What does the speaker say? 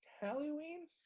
Halloween